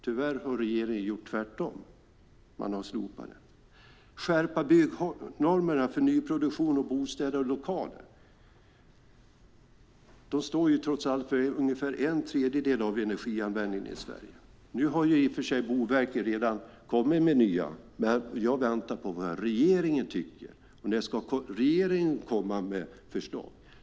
Tyvärr har regeringen gjort tvärtom; man har slopat dem. Vi behöver skärpa byggnormerna för nyproduktion av bostäder och lokaler. De står trots allt för ungefär en tredjedel av energianvändningen i Sverige. Nu har i och för sig Boverket redan kommit med nya byggnormer. Men jag väntar på vad regeringen tycker och på att regeringen ska komma med förslag.